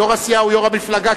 יושב-ראש הסיעה הוא יושב-ראש המפלגה,